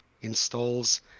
installs